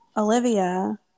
Olivia